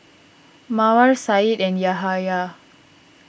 Mawar Syed and Yahaya